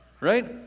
Right